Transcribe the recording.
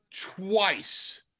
twice